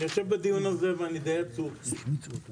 אני יושב בדיון הזה ואני די עצוב --- יש